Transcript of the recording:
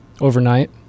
overnight